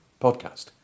podcast